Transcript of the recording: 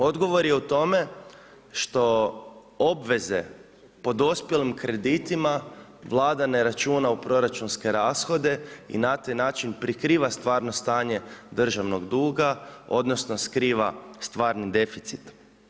Odgovor je u tome što obveze po dospjelim kreditima Vlada ne računa u proračunske rashode i na taj način prikriva stvarno stanje državnog duga odnosno skriva stvarni deficit.